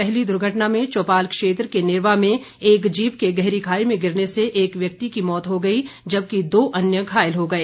पहली दुर्घटना में चौपाल क्षेत्र के नेरवा में एक जीप के गहरी खाई में गिरने से एक व्यक्ति की मौत हो गई जबकि दो अन्य घायल हो गए